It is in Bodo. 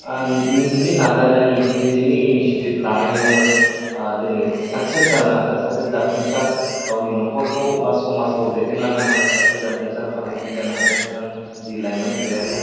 ओ निजेनि नाजानायनि निजेनि इनिसिएटिभ लानायावनो ओ दोनै साक्सेस जानो हादों सासे जाफुंसार गावनि न'खरखौ बा समाजखौ दैदेनलांनो हानाय सासे जाफुंसार फालांगिरि जानो हादों बिथां दि लाइमोन गयारिया